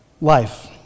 Life